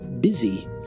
busy